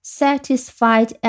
satisfied